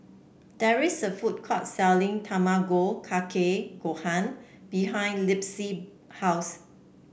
there is a food court selling Tamago Kake Gohan behind Libby's house